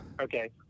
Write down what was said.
Okay